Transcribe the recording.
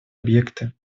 объекты